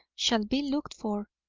shall be looked for,